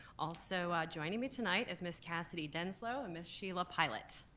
also joining me tonight is miss cassidy denslow and miss sheila pillath.